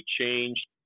changed